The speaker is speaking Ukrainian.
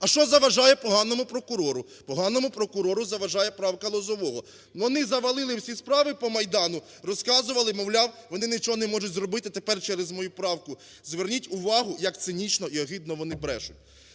А що заважає поганому прокурору? Поганому прокурору заважає правка Лозового. Вони завалили всі справи по Майдану, розказували, мовляв, вони нічого не можуть зробити тепер через мою правку. Зверніть увагу, як цинічно і огидно вони брешуть.